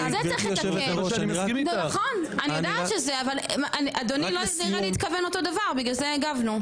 אדוני לא נראה לי התכוון לאותו הדבר ובגלל זה הגבנו.